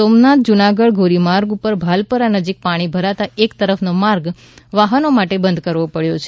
સોમનાથ જુનાગઢ ધોરીમાર્ગ ઉપર ભાલપરા ગામ નજીક પાણી ભરતા એક તરફ નો માર્ગ વાહન માટે બંધ કરવો પડ્યો છે